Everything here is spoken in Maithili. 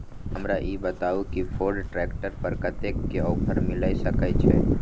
हमरा ई बताउ कि फोर्ड ट्रैक्टर पर कतेक के ऑफर मिलय सके छै?